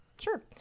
Sure